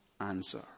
answer